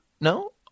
No